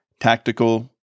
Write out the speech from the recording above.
tactical